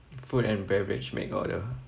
food and beverage make order